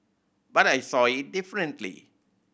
but I saw it differently